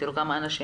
תראו כמה אנשים,